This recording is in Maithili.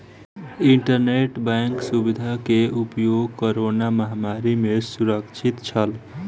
इंटरनेट बैंक सुविधा के उपयोग कोरोना महामारी में सुरक्षित छल